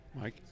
Mike